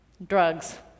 Drugs